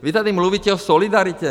Vy tady mluvíte o solidaritě.